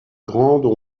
grandes